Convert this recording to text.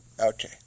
Okay